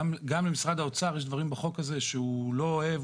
גם למשרד האוצר יש דברים בחוק הזה שהוא לא אוהב.